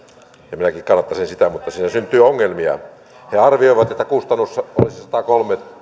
ja minäkin kannattaisin sitä mutta siinä syntyy ongelmia he arvioivat että kustannus olisi satakolme